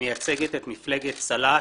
כמייצגת את מפלגת צל"ש: